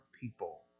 people